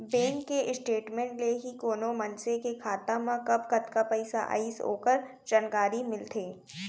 bank के statement ले ही कोनो मनसे के खाता मा कब कतका पइसा आइस ओकर जानकारी मिलथे